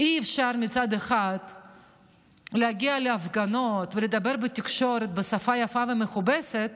אי-אפשר מצד אחד להגיע להפגנות ולדבר בתקשורת בשפה יפה ומכובסת